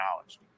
acknowledged